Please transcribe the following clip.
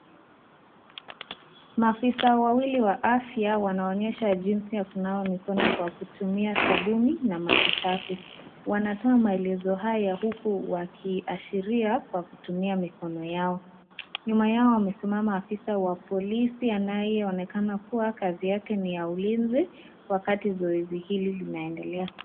Maafisa wawili wa afya wanaonyesha jinsi ya kunawa mikono kwa kutumia sabuni na maji safi. Wanatoa maelezo haya uku wakiashiria kwa kutumia mikono yao. Nyuma yao amesimama afisa wa polisi anayeonekana kuwa kazi yake ni ya ulinzi wakati zoezi hili linaendelea.